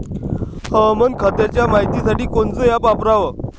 हवामान खात्याच्या मायतीसाठी कोनचं ॲप वापराव?